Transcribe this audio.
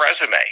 resume